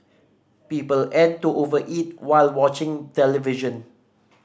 people add to over eat while watching television